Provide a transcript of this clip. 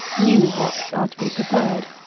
new hops are to be preferred.